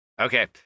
okay